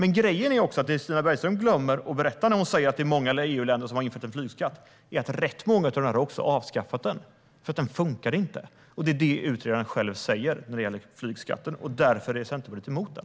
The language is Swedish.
När Stina Bergström säger att många EU-länder har infört flygskatt glömmer hon att berätta att ganska många av dem också har avskaffat den, eftersom den inte fungerar. Det säger utredaren själv om flygskatten. Det är därför Centerpartiet är emot den.